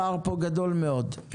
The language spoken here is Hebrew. הפער פה גדול מאוד.